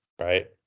right